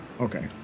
Okay